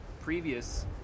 previous